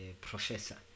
professor